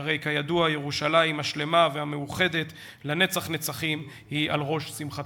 שהרי כידוע ירושלים השלמה והמאוחדת לנצח נצחים היא על ראש שמחתנו.